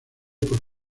por